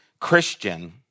Christian